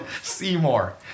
seymour